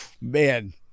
Man